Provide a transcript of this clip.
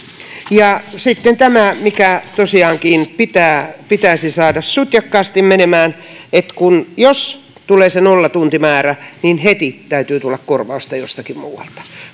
ja sitten tämä mikä tosiaankin pitäisi saada sutjakkaasti menemään että jos tulee se nollatuntimäärä niin heti täytyy tulla korvausta jostakin muualta